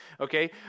Okay